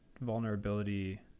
vulnerability